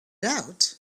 out